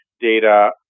data